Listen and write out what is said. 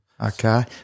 okay